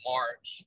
March